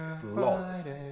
flawless